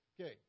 Okay